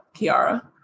Kiara